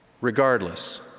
Regardless